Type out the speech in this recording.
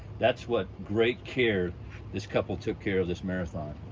that's what great care this couple took care of this marathon.